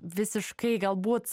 visiškai galbūt